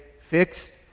fixed